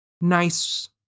nice